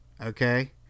Okay